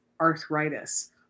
arthritis